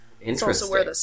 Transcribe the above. Interesting